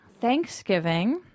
Thanksgiving